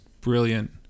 brilliant